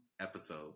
episode